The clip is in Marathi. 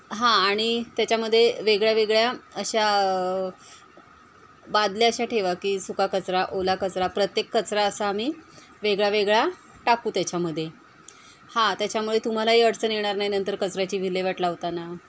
हां आणि त्याच्यामध्ये वेगळ्या वेगळ्या अशा बादल्या अशा ठेवा की सुका कचरा ओला कचरा प्रत्येक कचरा असा आम्ही वेगळा वेगळा टाकू त्याच्यामध्ये हां त्याच्यामुळे तुम्हालाही अडचण येणार नाही नंतर कचऱ्याची विल्हेवाट लावताना